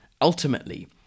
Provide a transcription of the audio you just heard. ultimately